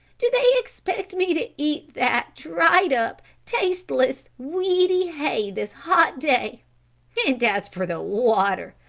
do they expect me to eat that dried up, tasteless, weedy hay this hot day and as for the water,